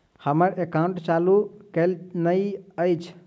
हम्मर एकाउंट चालू केल नहि अछि?